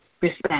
respect